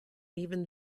even